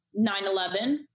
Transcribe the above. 9/11